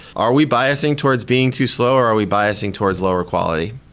are we biasing towards being too slow or are we biasing towards lower quality?